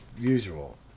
usual